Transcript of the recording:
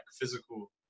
physical